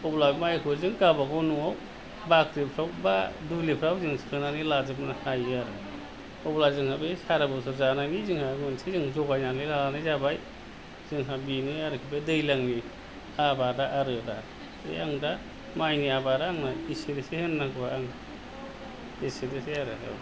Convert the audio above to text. अब्ला बे माइखौ जों गावबा गाव न'आव बाख्रिफ्राव बा दुलिफ्राव जों सोनानै लाजोबनो हायो आरो अब्ला जोंहा बे सारा बोसोर जानायनि जोंहा मोनसे जों जगायनानै लानाय जाबाय जोंहा बेनो आरोखि बे दैज्लांनि आबादा आरिफ्रा बे आं दा माइनि आबादा आंना एसेनोसै होननांगौआ आं एसेनोसै आरो